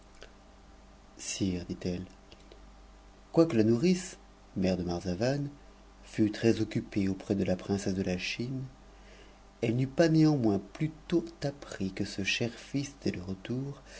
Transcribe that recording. dit-elle quoique la nourrice mère de blarzaviii fût très occupée auprès dp la princesse de la chine elle n'eut pas néanmoins plus tôt appris que ce cher fils était de